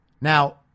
Now